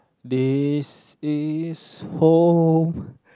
this is home